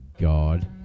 god